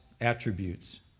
attributes